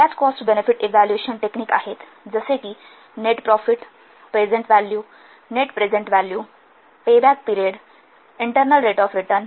बऱ्याच cost benefit evaluation technique आहेत जसे कि net profit present value net present value payback period internal rate of return